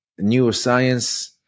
neuroscience